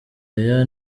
aya